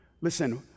Listen